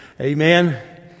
Amen